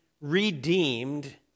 redeemed